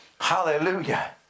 Hallelujah